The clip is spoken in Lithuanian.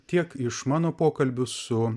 tiek iš mano pokalbių su